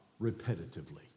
repetitively